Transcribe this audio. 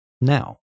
now